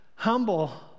humble